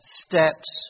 steps